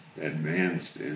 advanced